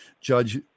Judge